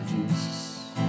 Jesus